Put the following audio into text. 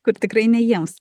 kur tikrai ne jiems